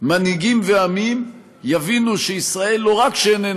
מנהיגים ועמים יבינו שישראל לא רק שאיננה